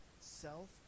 self